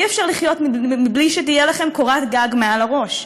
אי-אפשר לחיות מבלי שתהיה לכם קורת גג מעל הראש.